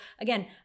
again